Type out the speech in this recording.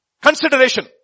Consideration